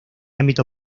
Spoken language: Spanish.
ámbito